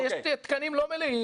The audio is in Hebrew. הרי יש תקנים לא מלאים,